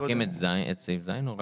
מוחקים את סעיף (ז) או רק?